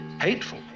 hateful